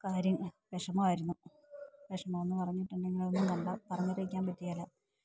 കാര്യം വിഷമമായിരുന്നു വിഷമമെന്നു പറഞ്ഞിട്ടുണ്ടെങ്കില് അതൊന്നും കണ്ടാല് പറഞ്ഞറിയിക്കാൻ പറ്റുകേല